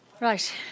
Right